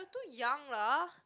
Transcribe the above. we're too young lah